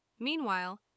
Meanwhile